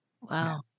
Wow